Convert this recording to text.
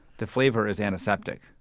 the flavor is antiseptic,